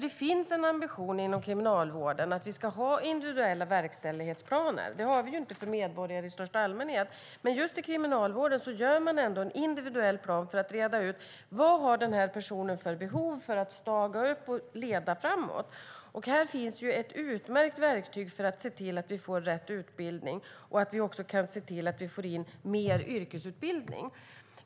Det finns en ambition inom kriminalvården att vi ska ha individuella verkställighetsplaner. Det har vi ju inte för medborgare i största allmänhet, men just i kriminalvården gör man en individuell plan för att reda ut vad personen har för behov för att staga upp och leda framåt. Här finns ett utmärkt verktyg för att se till att man får rätt utbildning och att man får in mer yrkesutbildning.